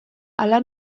hala